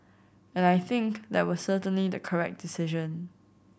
and I think that was certainly the correct decision